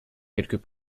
quelques